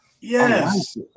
Yes